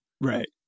right